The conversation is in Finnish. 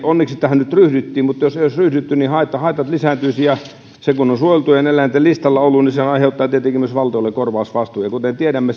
onneksi tähän nyt ryhdyttiin mutta jos ei olisi ryhdytty niin haitat lisääntyisivät ja kun se on suojeltujen eläinten listalla ollut se aiheuttaa tietenkin myös valtiolle korvausvastuun kuten tiedämme